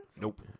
Nope